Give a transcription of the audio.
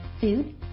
food